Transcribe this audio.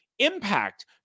impact